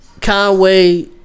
Conway